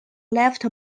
left